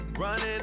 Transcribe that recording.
running